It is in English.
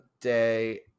day